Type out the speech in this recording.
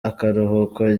akaruhuko